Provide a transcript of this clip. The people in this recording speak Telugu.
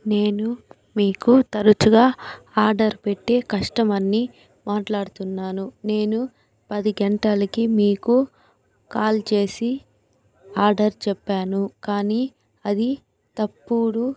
నేను మీకు తరచుగా ఆర్డర్ పెట్టే కస్టమర్ ని మాట్లాడుతున్నాను నేను పది గంటలకి మీకు కాల్ చేసి ఆర్డర్ చెప్పాను కానీ అది తప్పుడు